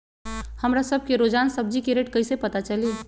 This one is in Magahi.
हमरा सब के रोजान सब्जी के रेट कईसे पता चली?